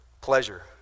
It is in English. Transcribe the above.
pleasure